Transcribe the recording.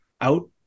out